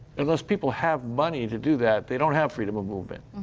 unless people have money to do that, they don't have freedom of movement.